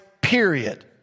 period